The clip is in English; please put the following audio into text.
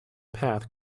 path